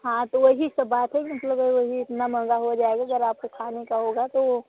हाँ तो वही सब बात है मतलब वही इतना महंगा हो जाएगा जब आपका खाने का होगा तो